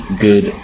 good